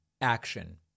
action